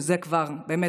שזה כבר באמת,